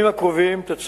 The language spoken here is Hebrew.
אשר